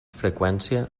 freqüència